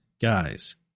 Guys